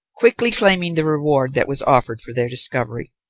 quickly claiming the reward that was offered for their discovery.